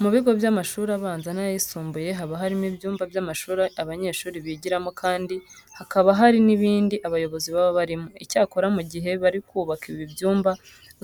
Mu bigo by'amashuri abanza n'ayisumbuye haba harimo ibyumba by'amashuri abanyeshuri bigiramo kandi hakaba hari n'ibindi abayobozi baba barimo. Icyakora mu gihe bari kubaka ibi byumba